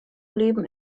leben